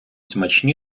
смачні